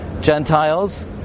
Gentiles